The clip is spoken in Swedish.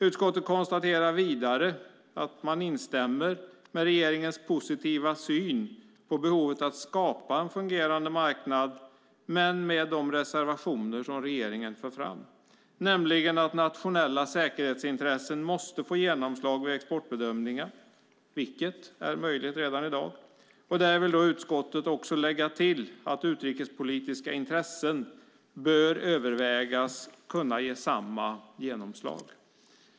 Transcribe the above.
Utskottet konstaterar vidare att man instämmer med regeringens positiva syn på behovet att skapa en fungerande marknad men med de reservationer som regeringen för fram, nämligen att nationella säkerhetsintressen måste få genomslag vid exportbedömningar, vilket är möjligt redan i dag. Där vill utskottet också lägga till att utrikespolitiska intressen bör övervägas att kunna ge samma genomslag.